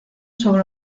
sobre